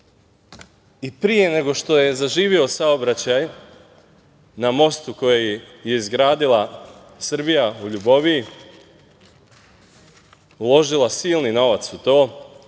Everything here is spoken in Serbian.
i pre nego što je zaživeo saobraćaj na mostu koji je izgradila Srbija u Ljuboviji, uložila silni novac u to